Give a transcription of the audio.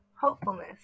hopefulness